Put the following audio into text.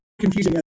confusing